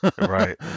Right